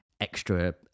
extra